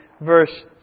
verse